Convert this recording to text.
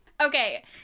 Okay